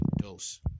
dose